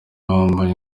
wambaye